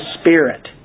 Spirit